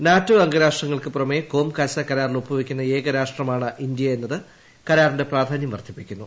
NATO അംഗരാഷ്ട്രങ്ങൾക്കു പുറമെ COMCASA കരാറിൽ ഒപ്പുവയ്ക്കുന്ന ഏകരാഷ്ട്രമാണ് ഇന്ത്യ എന്നത് കരാറിന്റെ പ്രാധാന്യം വർദ്ധിപ്പിക്കുന്നു